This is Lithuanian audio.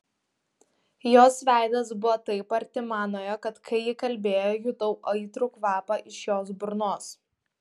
jos veidas buvo taip arti manojo kad kai ji kalbėjo jutau aitrų kvapą iš jos burnos